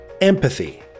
empathy